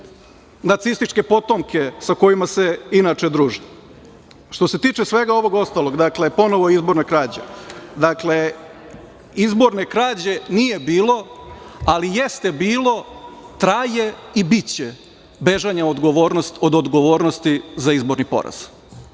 nacističke potomke sa kojima se inače druže. Što se tiče svega ovog ostalog, dakle, ponovo izborna krađa, dakle, izborne krađe nije bilo, ali jeste bilo, traje i biće bežanja od odgovornosti za izborni poraz.